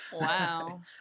Wow